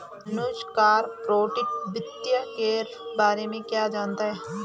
अनुज corporate वित्त के बारे में क्या जानता है?